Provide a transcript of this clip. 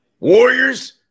Warriors